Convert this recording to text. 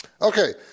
Okay